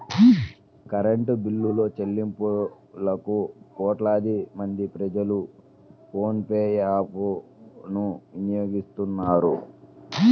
current బిల్లులుచెల్లింపులకు కోట్లాది మంది ప్రజలు ఫోన్ పే యాప్ ను వినియోగిస్తున్నారు